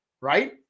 right